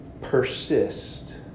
Persist